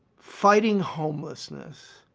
fighting homelessness,